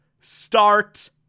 start